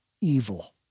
evil